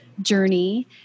journey